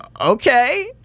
Okay